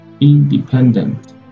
independent